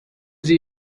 sie